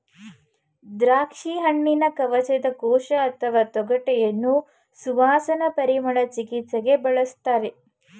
ದ್ರಾಕ್ಷಿಹಣ್ಣಿನ ಕವಚದ ಕೋಶ ಅಥವಾ ತೊಗಟೆಯನ್ನು ಸುವಾಸನಾ ಪರಿಮಳ ಚಿಕಿತ್ಸೆಗೆ ಬಳಸ್ತಾರೆ